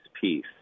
peace